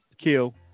Kill